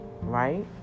right